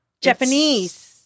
Japanese